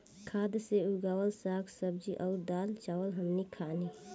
खाद से उगावल साग सब्जी अउर दाल चावल हमनी के खानी